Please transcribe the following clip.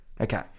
Okay